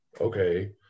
Okay